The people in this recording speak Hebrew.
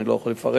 אני לא יכול לפרט,